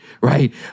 Right